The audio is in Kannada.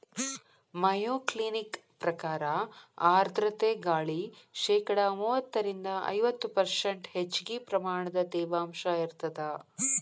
ಮಯೋಕ್ಲಿನಿಕ ಪ್ರಕಾರ ಆರ್ಧ್ರತೆ ಗಾಳಿ ಶೇಕಡಾ ಮೂವತ್ತರಿಂದ ಐವತ್ತು ಪರ್ಷ್ಂಟ್ ಹೆಚ್ಚಗಿ ಪ್ರಮಾಣದ ತೇವಾಂಶ ಇರತ್ತದ